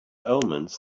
omens